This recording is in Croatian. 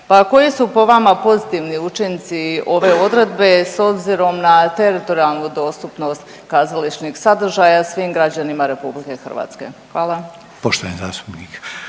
Pa koji su po vama pozitivni učinci ove odredbe s obzirom na teritorijalnu dostupnost kazališnih sadržaja svim građanima RH? Hvala. **Reiner,